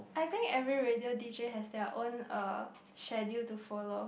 I think every radio d_j has their own uh schedule to follow